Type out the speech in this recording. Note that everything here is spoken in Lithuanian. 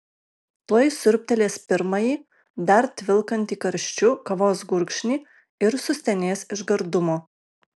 tuoj siurbtelės pirmąjį dar tvilkantį karščiu kavos gurkšnį ir sustenės iš gardumo